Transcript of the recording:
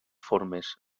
formes